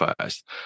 first